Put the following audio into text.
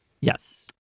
Yes